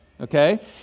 okay